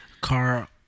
car